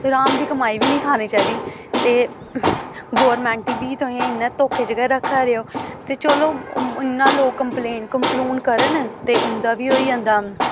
हराम दी कमाई बी नि खानी चाहिदी ते गौरमैंट गी बी इ'यां तुसें धोखे च गै रक्खा दे ते चलो इन्ना लोक कम्पलेन कम्पलून करन ते उं'दा बी होई जंदा